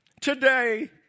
today